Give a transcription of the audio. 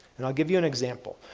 and i'll give you an example.